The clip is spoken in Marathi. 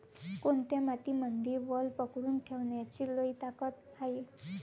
कोनत्या मातीमंदी वल पकडून ठेवण्याची लई ताकद हाये?